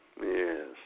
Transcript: Yes